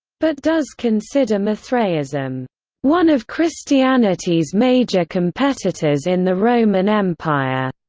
but does consider mithraism one of christianity's major competitors in the roman empire.